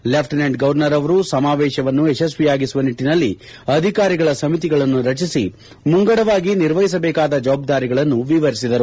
lieutenant governor ಅವರು ಸಮಾವೇಶವನ್ನು ಯಶಸ್ಸಿಯಾಗಿಸುವ ನಿಟ್ರಿನಲ್ಲಿ ಅಧಿಕಾರಿಗಳ ಸಮಿತಿಗಳನ್ನು ರಚಿಸಿ ಮುಂಗಡವಾಗಿ ನಿರ್ವಹಿಸಬೇಕಾದ ಜವಾಬ್ದಾರಿಗಳನ್ನು ವಿವರಿಸಿದರು